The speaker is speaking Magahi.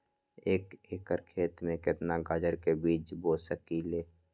एक एकर खेत में केतना गाजर के बीज बो सकीं ले?